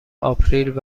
آپریل